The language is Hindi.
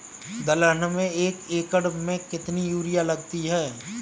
दलहन में एक एकण में कितनी यूरिया लगती है?